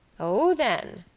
o, then,